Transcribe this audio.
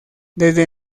desde